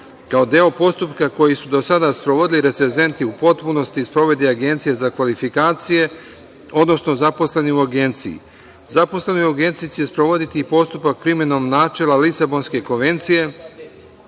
kao deo postupka koji su do sada sprovodili recezenti u potpunosti sprovodi Agencija za kvalifikacije, odnosno zaposleni u agenciji. Zaposleni u agenciji će sprovoditi postupak primenom načela Lisabonske konvencije